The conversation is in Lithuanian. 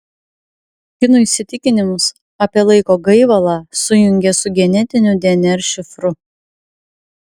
kinų įsitikinimus apie laiko gaivalą sujungė su genetiniu dnr šifru